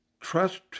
trust